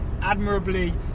admirably